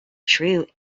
true